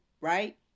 right